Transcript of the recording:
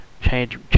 change